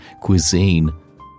cuisine